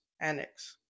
annex